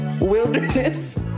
wilderness